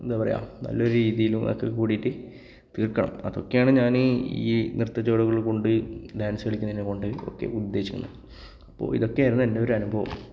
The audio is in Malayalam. എന്താണ് പറയുക നല്ല രീതിയിലും ഒക്കെ കൂടിയിട്ട് തീർക്കണം അതൊക്കെയാണ് ഞാൻ ഈ നൃത്ത ചുവടുകൾ കൊണ്ട് ഡാൻസ് കളിക്കുന്നതിനെ കൊണ്ടൊക്കെ ഉദ്ദേശിക്കുന്നത് അപ്പോൾ ഇതൊക്കെയായിരുന്നു എൻ്റെ ഒരു അനുഭവം